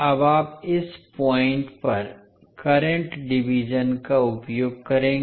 अब आप इस पॉइंट पर करंट डिवीज़न का उपयोग करेंगे